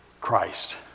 Christ